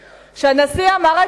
מה?